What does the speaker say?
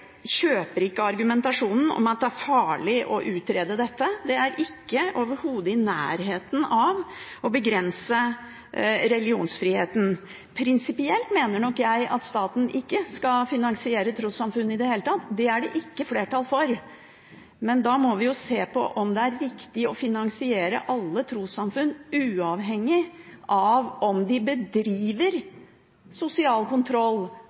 kjøper ikke argumentasjonen om at det er farlig å utrede dette. Det er overhodet ikke i nærheten av å begrense religionsfriheten. Prinsipielt mener nok jeg at staten ikke skal finansiere trossamfunn i det hele tatt. Det er det ikke flertall for. Men da må vi se på om det er riktig å finansiere alle trossamfunn uavhengig av om de bedriver sosial kontroll